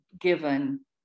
given